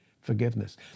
forgiveness